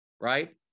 Right